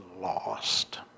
lost